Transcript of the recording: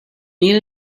need